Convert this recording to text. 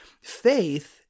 Faith